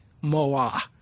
Moa